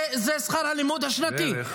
זה שכר הלימוד השנתי.